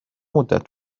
مدت